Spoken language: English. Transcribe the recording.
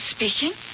Speaking